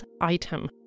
item